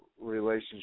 relationship